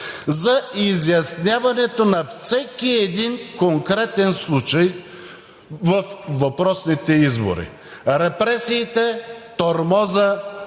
за изясняването на всеки един конкретен случай във въпросните избори – репресиите, тормозът